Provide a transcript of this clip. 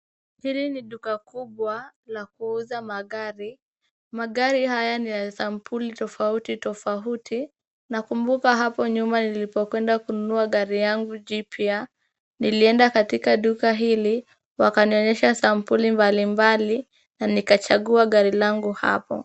Hili ni duka kubwa la kuuza magari, magari haya ni ya sampuli tofauti tofauti. Nakumbuka hapo nyuma nilipokwenda kununua gari yangu jipya, nilienda katika duka hili wakanionyesha sampuli mbalimbali na nikachagua gari langu hapo.